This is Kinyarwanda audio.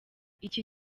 iki